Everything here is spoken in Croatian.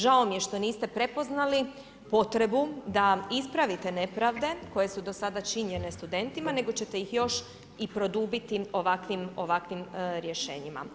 Žao mi je što niste prepoznali potrebu da ispravite nepravde koje su do sada činjene studentima, nego ćete ih još i produbiti ovakvim rješenjima.